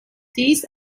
dies